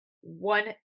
one